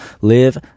live